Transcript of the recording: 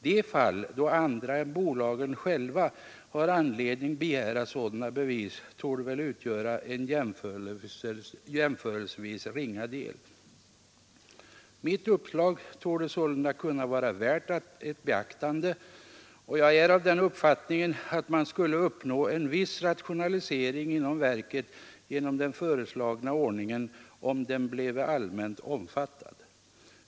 De fall då andra än bolagen själva har anledning begära sådana bevis torde utgöra en jämförelsevis ringa del. Mitt uppslag torde sålunda kunna vara värt ett beaktande, och jag är av den uppfattningen att man skulle kunna uppnå en viss rationalisering inom verket genom den föreslagna ordningen, om den bleve allmänt omfattad.